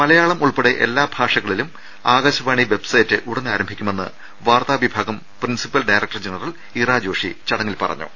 മലയാളം ഉൾപ്പെടെ എല്ലാ ഭാഷകളിലും ആകാശവാണി വെബ്സൈറ്റ് ഉടൻ ആരംഭിക്കുമെന്ന് വാർത്താ വിഭാഗം പ്രിൻസിപ്പൽ ഡയറക്ടർ ജന റൽ ഇറാജോഷി ചടങ്ങിൽ പറഞ്ഞു